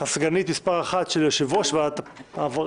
הסגנית מספר אחת של יושב-ראש ועדת העבודה,